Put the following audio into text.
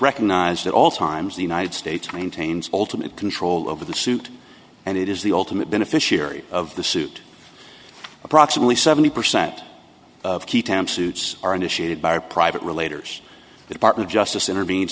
recognized at all times the united states maintains ultimate control over the suit and it is the ultimate beneficiary of the suit approximately seventy percent of key time suits are initiated by private relator the department of justice intervenes